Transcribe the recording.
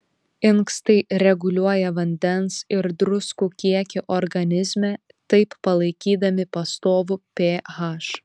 inkstai reguliuoja vandens ir druskų kiekį organizme taip palaikydami pastovų ph